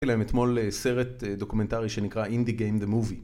הראתי להם אתמול סרט דוקומנטרי שנקרא אינדי גיים דה מובי